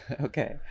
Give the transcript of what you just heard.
okay